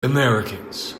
americans